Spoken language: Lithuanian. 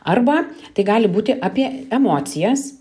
arba tai gali būti apie emocijas